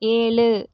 ஏழு